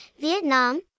Vietnam